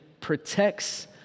protects